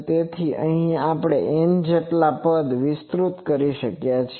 તેથી અહીં આપણે N જેટલા પદ વિસ્તૃત કરી રહ્યા છીએ